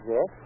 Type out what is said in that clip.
Yes